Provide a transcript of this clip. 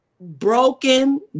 Broken